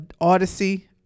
Odyssey